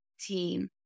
team